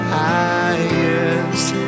highest